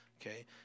okay